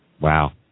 Wow